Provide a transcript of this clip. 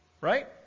right